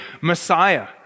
Messiah